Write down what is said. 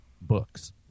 books